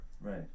right